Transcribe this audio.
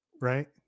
right